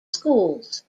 schools